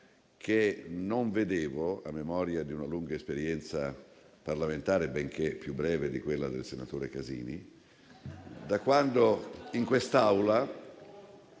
che non vedevo, a memoria di una lunga esperienza parlamentare (benché più breve di quella del senatore Casini), da quando in quest'Aula